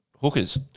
hookers